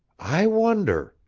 i wonder!